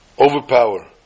overpower